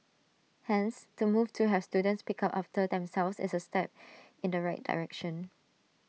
hence the move to have students pick up after themselves is A step in the right direction